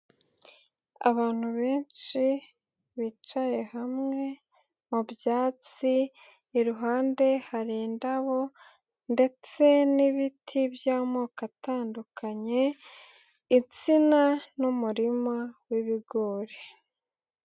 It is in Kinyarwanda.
Abantu benshi bicaye hamwe mu byatsi, iruhande hari indabo ndetse n'ibiti by'amoko atandukanye, insina n'umurima wibigori.